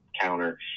counter